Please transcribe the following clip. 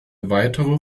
weitere